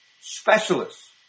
specialists